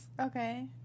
Okay